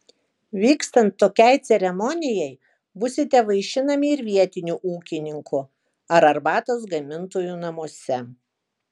vykstant tokiai ceremonijai būsite vaišinami ir vietinių ūkininkų ar arbatos gamintojų namuose